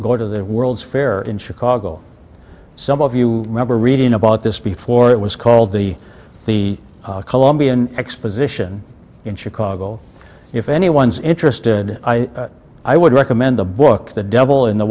go to the world's fair in chicago some of you remember reading about this before it was called the the colombian exposition in chicago if anyone's interested i would recommend the book the devil in the